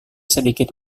sedikit